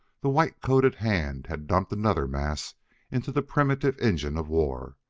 the white-coated hand had dumped another mass into the primitive engine of war.